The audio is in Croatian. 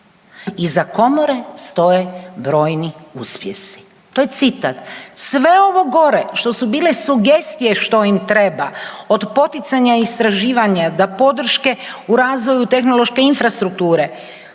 Iza komore stoje brojni uspjesi. To je citat. Sve ovo gore što su bile sugestije što im treba od poticanja istraživanja da podrške u razvoju tehnološke infrastrukture